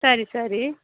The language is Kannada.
ಸರಿ ಸರಿ